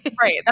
Right